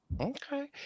Okay